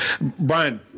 Brian